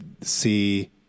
see